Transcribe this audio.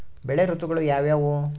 ಬೆಳೆ ಋತುಗಳು ಯಾವ್ಯಾವು?